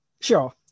Sure